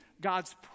God's